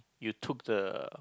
you took the